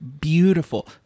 Beautiful